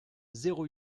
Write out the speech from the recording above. zéro